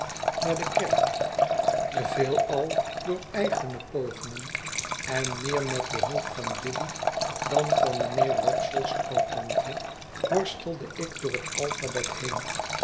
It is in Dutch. naar de kerk veelal door eigene pogingen en meer met behulp van biddy dan van mijnheer wopsle's oudtante worstelde ik door het alphabet heen